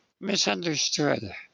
misunderstood